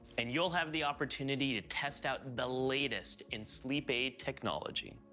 and you'll have the opportunity to test out the latest in sleep aid technology.